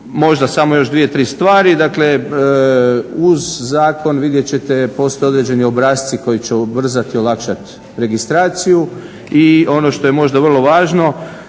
možda samo još dvije tri stvari, dakle uz zakon vidjet ćete postoje određeni obrasci koji će ubrzat i olakšat registraciju i ono što je možda vrlo važno,